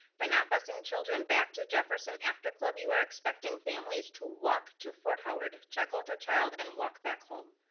by not busing children back to jefferson after club you are expecting families to walk to fort howard, check in with their child and walk back home.